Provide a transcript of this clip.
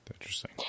Interesting